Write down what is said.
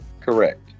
Correct